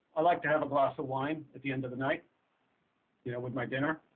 i like to have a glass of wine at the end of the night you know with my dinner.